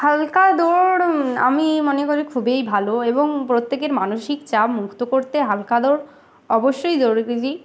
হালকা দৌড় আমি মনে করি খুবই ভালো এবং প্রত্যেকের মানসিক চাপ মুক্ত করতে হালকা দৌড় অবশ্যই দৌড়তে দি